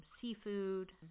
seafood